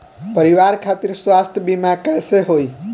परिवार खातिर स्वास्थ्य बीमा कैसे होई?